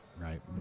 right